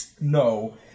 No